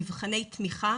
מבחני תמיכה,